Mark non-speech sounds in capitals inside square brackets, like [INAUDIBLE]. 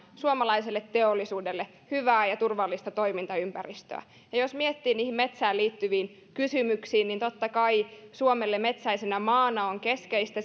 suomalaiselle teollisuudelle hyvää ja turvallista toimintaympäristöä ja jos miettii niitä metsiin liittyviä kysymyksiä niin totta kai suomelle metsäisenä maana on keskeistä [UNINTELLIGIBLE]